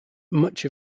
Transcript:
much